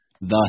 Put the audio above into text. thus